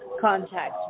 contact